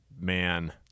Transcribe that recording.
man